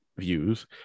views